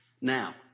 Now